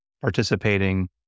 participating